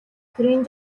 төрийн